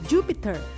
Jupiter